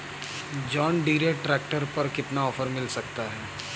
John Deere tractor पर कितना offer मिल सकता है?